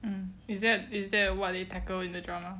N_N is that is that what they tackle in the drama